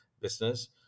business